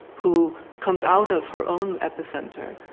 who comes out of her own epicenter,